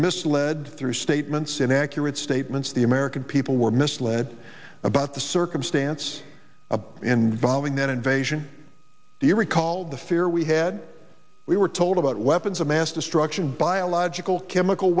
misled through statements inaccurate statements the american people were misled about the circumstance involving that invasion the recall the fear we had we were told about weapons of mass destruction biological chemical